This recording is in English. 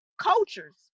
cultures